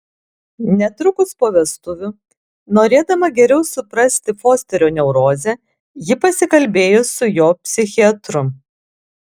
netrukus po vestuvių norėdama geriau suprasti fosterio neurozę ji pasikalbėjo su jo psichiatru